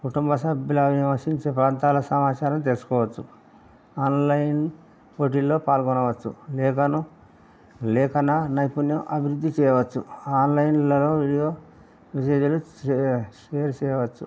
కుటుంబ సభ్యులు వివసించే ప్రాంతాల సమాచారం తెలుసుకోవచ్చు ఆన్లైన్ పోటీల్లో పాల్గొనవచ్చు లేఖను లేఖన నైపుణ్యం అభివృద్ధి చేయవచ్చు ఆన్లైన్లలో వీడియో మెసేజ్లు షేర్ చేయవచ్చు